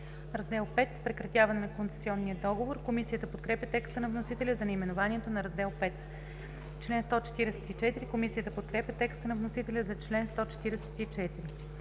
„Раздел V – Прекратяване на концесионния договор“. Комисията подкрепя текста на вносителя за наименованието на Раздел V. Комисията подкрепя текста на вносителя за чл. 144.